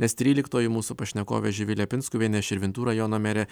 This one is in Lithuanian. nes tryliktoji mūsų pašnekovė živilė pinskuvienė širvintų rajono merė